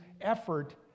effort